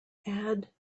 add